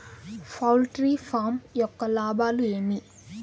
poultry farm యొక్క లాభాలు ఏమి